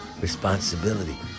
responsibility